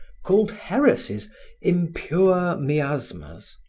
called heresies impure miasmas,